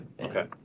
okay